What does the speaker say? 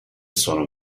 sono